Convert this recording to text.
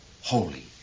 holy